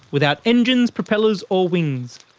without engines, propellers or wings.